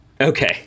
Okay